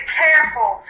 careful